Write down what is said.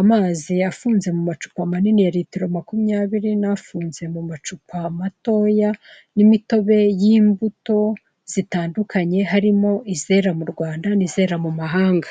Amazi yafunze mu macupa manini ya litiro makumyabiri n'abafunze mu macupa matoya n'imitobe y'imbuto zitandukanye harimo izera mu Rwanda n'izera mu Mahanga.